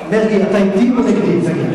מרגי, אתה אתי או נגדי, תגיד?